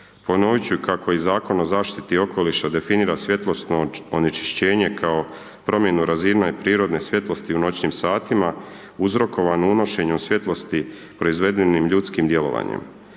Ponovit ću kako i Zakon o zaštiti okoliša definira svjetlosno onečišćenje kao promjenu razine i prirodne svjetlosti u noćnim satima uzrokovanu unošenjem svjetlosti proizvedenim ljudskim djelovanjem.